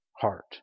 heart